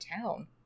town